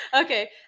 Okay